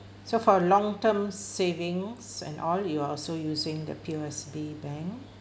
so for a long terms savings and all you are also using the P_O_S_B bank